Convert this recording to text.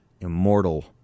immortal